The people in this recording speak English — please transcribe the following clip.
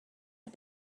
had